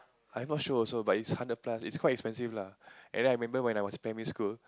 I'm not sure also but is hundred plus it's quite expensive lah and then I remember when I in primary school